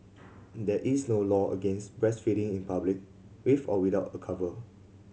there is no law against breastfeeding in public with or without a cover